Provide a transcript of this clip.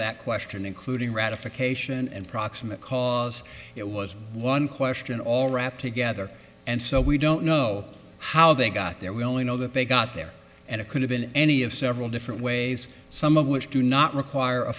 that question including ratification and proximate cause it was one question all wrapped together and so we don't know how they got there we only know that they got there and it could have been any of several different ways some of which do not require a